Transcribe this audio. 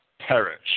perish